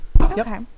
Okay